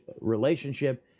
relationship